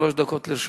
שלוש דקות לרשותך.